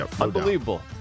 Unbelievable